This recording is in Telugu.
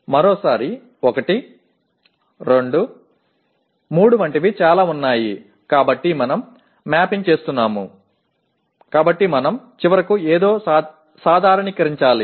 మరోసారి 1 2 3 వంటివి చాలా ఉన్నాయి కాబట్టి మనం మ్యాపింగ్ చేస్తున్నాము కాబట్టి మనం చివరకు ఏదో సాధారణీకరించాలి